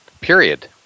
period